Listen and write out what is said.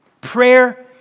prayer